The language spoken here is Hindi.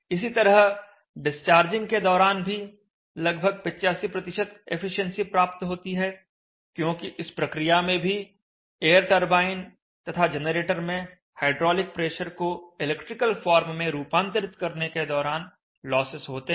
इसी तरह डिस्चार्जिंग के दौरान भी लगभग 85 एफिशिएंसी प्राप्त होती है क्योंकि इस प्रक्रिया में भी एयर टरबाइन तथा जनरेटर में हाइड्रोलिक प्रेशर को इलेक्ट्रिकल फॉर्म में रूपांतरित करने के दौरान लॉसेस होते हैं